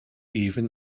even